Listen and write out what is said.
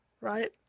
Right